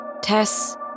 Tess